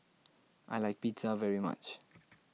I like Pizza very much